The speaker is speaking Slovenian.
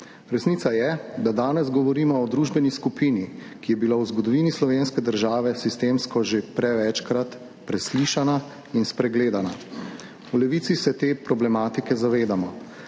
Resnica je, da danes govorimo o družbeni skupini, ki je bila v zgodovini slovenske države sistemsko že prevečkrat preslišana in spregledana. V Levici se te problematike zavedamo.